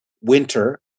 winter